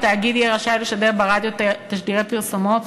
התאגיד יהיה רשאי לשדר ברדיו תשדירי פרסומות